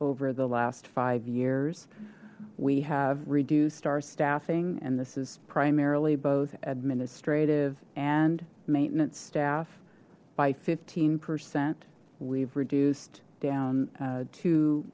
over the last five years we have reduced our staffing and this is primarily both administrative and maintenance staff by fifteen percent we've reduced down